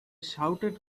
shouted